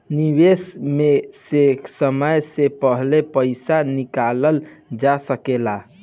निवेश में से समय से पहले पईसा निकालल जा सेकला?